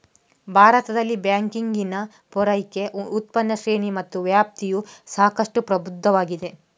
ಭಾರತದಲ್ಲಿ ಬ್ಯಾಂಕಿಂಗಿನ ಪೂರೈಕೆ, ಉತ್ಪನ್ನ ಶ್ರೇಣಿ ಮತ್ತು ವ್ಯಾಪ್ತಿಯು ಸಾಕಷ್ಟು ಪ್ರಬುದ್ಧವಾಗಿದೆ